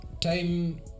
time